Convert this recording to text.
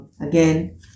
Again